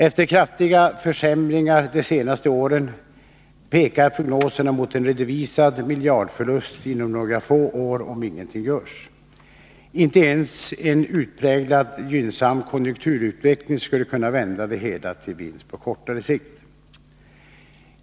Efter kraftiga försämringar de senaste åren pekar prognoserna mot en redovisad miljardförlust inom några få år om ingenting görs. Inte ens en utpräglat gynnsam konjunkturutveckling skulle kunna vända det hela till vinst på kortare sikt.